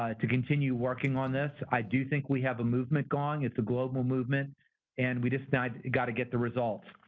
ah to continue working on this. i do think we have a movement going it's a global movement and we just got got to get the results.